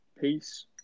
Peace